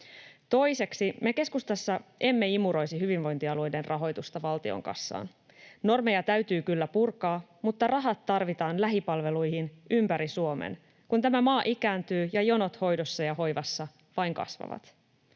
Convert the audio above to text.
Toiseksi me keskustassa emme imuroisi hyvinvointialueiden rahoitusta valtion kassaan. Normeja täytyy kyllä purkaa, mutta rahat tarvitaan lähipalveluihin ympäri Suomen, kun tämä maa ikääntyy ja jonot hoidossa ja hoivassa vain kasvavat.